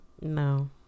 No